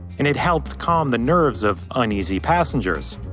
and it helped calm the nerves of uneasy passengers.